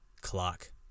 clock